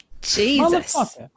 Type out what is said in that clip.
Jesus